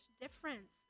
difference